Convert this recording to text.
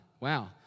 wow